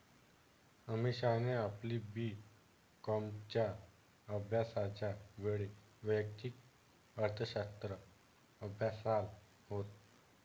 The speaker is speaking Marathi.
अमीषाने आपली बी कॉमच्या अभ्यासाच्या वेळी वैयक्तिक अर्थशास्त्र अभ्यासाल होत